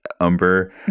umber